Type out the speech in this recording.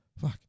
fuck